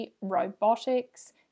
robotics